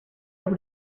able